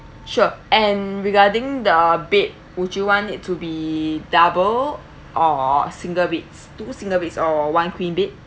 sure and regarding the bed would you want it to be double or single beds two single beds or one queen bed